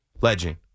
Legend